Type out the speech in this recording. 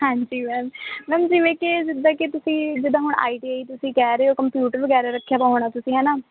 ਹਾਂਜੀ ma'am ma'am ਜਿਵੇਂ ਕਿ ਜਿੱਦਾਂ ਕਿ ਤੁਸੀਂ ਜਿੱਦਾਂ ਹੁਣ ਆਈ ਟੀ ਆਈ ਤੁਸੀਂ ਕਹਿ ਰਹੇ ਹੋ ਕੰਪਿਊਟਰ ਵਗੈਰਾ ਰੱਖਿਆ ਵਾ ਹੋਣਾ ਤੁਸੀਂ ਹੈ ਨਾ